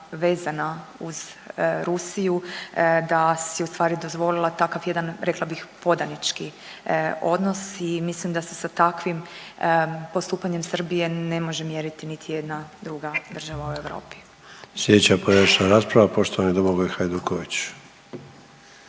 vezana uz Rusiju da si je ustvari dozvolila takav jedan rekla bih podanički odnos i mislim da se sa takvim postupanjem Srbije ne može mjeriti niti jedna druga država u Europi. **Sanader, Ante (HDZ)** Sljedeća pojedinačna rasprava poštovani Domagoj Hajduković.